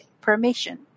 permission